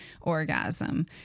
orgasm